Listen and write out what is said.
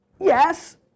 yes